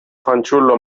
fanciullo